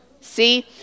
See